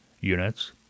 units